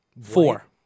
four